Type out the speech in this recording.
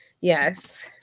yes